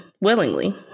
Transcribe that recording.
willingly